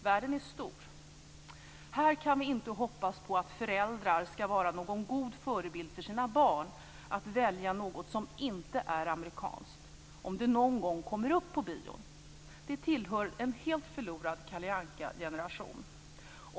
Världen är stor. Här kan vi inte hoppas på att föräldrar ska vara någon god förebild för sina barn när det gäller att välja något som inte är amerikanskt, om det någon gång kommer upp sådan film på bio. De tillhör en helt förlorad Kalle Anka-generation.